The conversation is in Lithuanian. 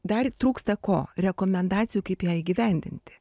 dar trūksta ko rekomendacijų kaip ją įgyvendinti